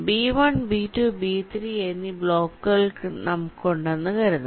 B1 B2 B3 എന്നീ ബ്ലോക്കുകൾ നമുക്കു ഉണ്ടെന്നു കരുതാം